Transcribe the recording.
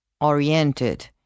oriented